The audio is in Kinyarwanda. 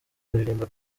baririmba